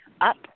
up